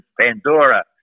Pandora